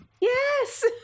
Yes